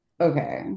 okay